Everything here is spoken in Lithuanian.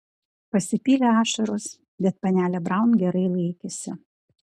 pasipylė ašaros bet panelė braun gerai laikėsi